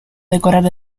decorar